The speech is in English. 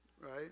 right